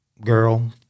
girl